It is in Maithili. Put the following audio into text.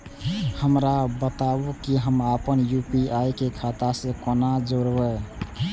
हमरा बताबु की हम आपन यू.पी.आई के खाता से कोना जोरबै?